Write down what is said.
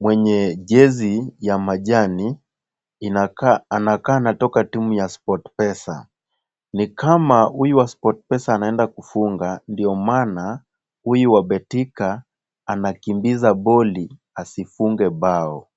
mwenye jezi ya majani anakaa anatoka timu ya Sportpeasa. Ni kama huyu wa Sportpesa anaenda kufunga ndio maana huyu wa Betika anakimbiza boli asifunge mbao.